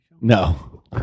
No